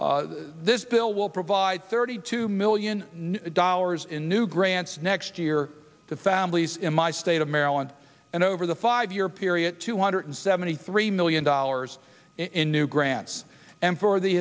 this bill will provide thirty two million dollars in new grants next year to families in my state of maryland and over the five year period two hundred seventy three million dollars in new grants and for the